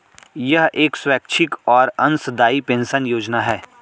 यह एक स्वैच्छिक और अंशदायी पेंशन योजना है